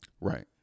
Right